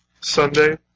Sunday